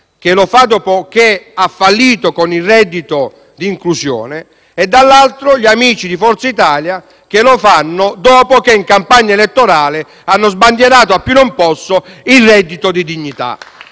che lo fanno dopo aver fallito con il reddito di inclusione, e dall'altra gli amici di Forza Italia, che lo fanno dopo che in campagna elettorale hanno sbandierato a più non posso il reddito di dignità.